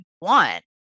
want